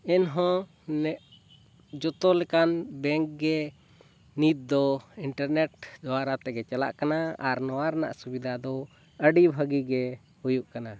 ᱮᱱᱦᱚᱸ ᱡᱚᱛᱚ ᱞᱮᱠᱟᱱ ᱵᱮᱝᱠ ᱜᱮ ᱱᱤᱛ ᱫᱚ ᱤᱱᱴᱟᱨᱱᱮᱹᱴ ᱫᱚᱣᱟᱨᱟ ᱛᱮᱜᱮ ᱪᱟᱞᱟᱜ ᱠᱟᱱᱟ ᱟᱨ ᱱᱚᱣᱟ ᱨᱮᱱᱟᱜ ᱥᱩᱵᱤᱫᱷᱟ ᱫᱚ ᱟᱹᱰᱤ ᱵᱷᱟᱹᱜᱤ ᱜᱮ ᱦᱩᱭᱩᱜ ᱠᱟᱱᱟ